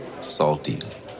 Salty